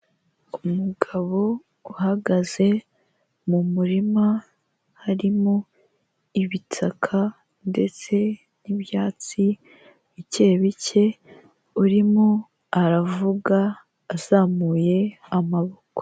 Umugabo uhagaze mu murima harimo ibitaka ndetse n'ibyatsi bike bike, urimo aravuga azamuye amaboko.